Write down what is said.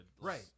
Right